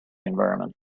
environment